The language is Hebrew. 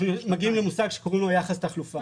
אנחנו מגיעים למושג שקוראים לו יחס תחלופה.